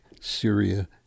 Syria